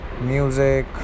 music